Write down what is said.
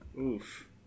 Oof